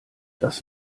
das